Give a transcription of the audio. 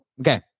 Okay